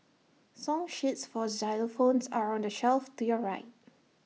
song sheets for xylophones are on the shelf to your right